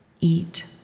eat